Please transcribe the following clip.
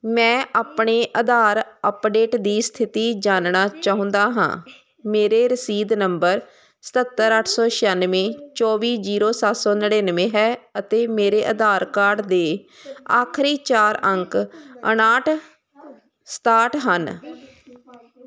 ਮੈਂ ਆਪਣੇ ਆਧਾਰ ਅੱਪਡੇਟ ਦੀ ਸਥਿਤੀ ਜਾਣਨਾ ਚਾਹੁੰਦਾ ਹਾਂ ਮੇਰੇ ਰਸੀਦ ਨੰਬਰ ਸਤੱਤਰ ਅੱਠ ਸੌ ਛਿਆਨਵੇਂ ਚੌਵੀ ਜੀਰੋ ਸੱਤ ਸੌ ਨੜਿਨਵੇਂ ਹੈ ਅਤੇ ਮੇਰੇ ਆਧਾਰ ਕਾਰਡ ਦੇ ਆਖਰੀ ਚਾਰ ਅੰਕ ਉਨਾਹਠ ਸਤਾਹਠ ਹਨ